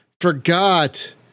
forgot